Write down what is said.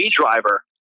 driver